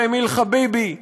אמיל חביבי,